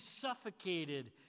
suffocated